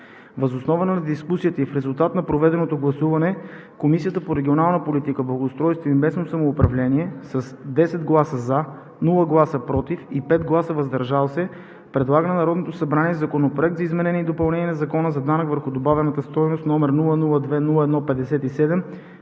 Въз основа на дискусията и в резултат на проведеното гласуване Комисията по регионална политика, благоустройство и местно самоуправление с 10 гласа „за“, без „против“ и 5 гласа „въздържал се“ предлага на Народното събрание Законопроект за изменение и допълнение на Закона за данък върху добавената стойност, № 002-01-